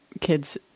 kids